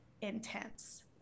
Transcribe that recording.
intense